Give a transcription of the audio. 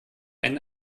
einen